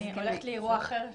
אני הולכת לאירוע אחר,